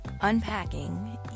Unpacking